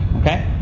Okay